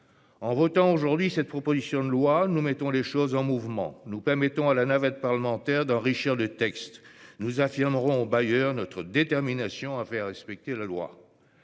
En votant aujourd'hui cette proposition de loi, nous mettrons les choses en mouvement. Nous permettrons à la navette parlementaire d'enrichir le texte. Nous affirmerons aux bailleurs notre détermination à faire respecter la loi.